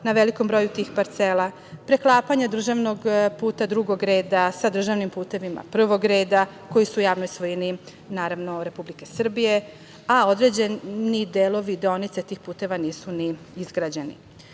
na velikom broju tih parcela, preklapanja državnog puta drugog reda sa državnim putevima prvog reda koji su u javnoj svojini Republike Srbije, a određeni delovi, deonice tih puteva nisu ni izgrađeni.U